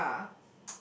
ya